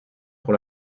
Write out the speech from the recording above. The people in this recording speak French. pour